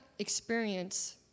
Experience